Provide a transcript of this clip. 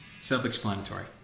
Self-explanatory